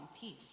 peace